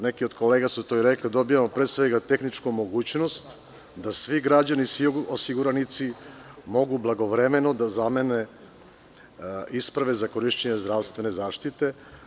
Neki od kolega su to i rekli, dobijamo pre svega, tehničku mogućnost da svi građani, svi osiguranici mogu blagovremeno da zamene isprave za korišćenje zdravstvene zaštite.